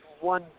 One